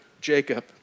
Jacob